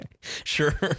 Sure